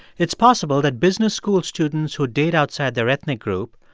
it's possible that business school students who date outside their ethnic group,